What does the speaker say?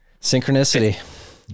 synchronicity